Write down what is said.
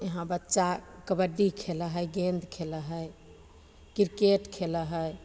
इहाँ बच्चा कबड्डी खेलऽ हइ गेन्द खेलऽ हइ किरकेट खेलऽ हइ